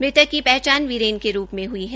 मृतक की पहचान वीरेन के रूप में हुई है